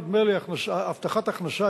נדמה לי הבטחת הכנסה,